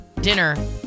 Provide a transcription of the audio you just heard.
dinner